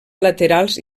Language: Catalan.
laterals